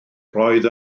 roedd